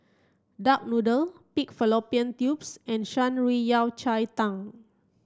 duck noodle Pig Fallopian Tubes and Shan Rui Yao Cai Tang